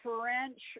French